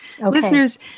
Listeners